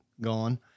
gone